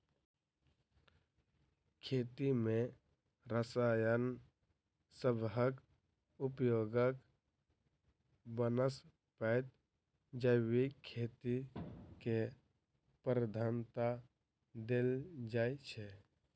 खेती मे रसायन सबहक उपयोगक बनस्पैत जैविक खेती केँ प्रधानता देल जाइ छै